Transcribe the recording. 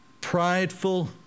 prideful